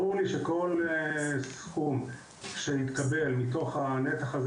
ברור לי שכל סכום שיתקבל מתוך הנתח הזה